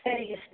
சரிங்க சரிங்க